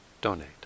donate